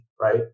right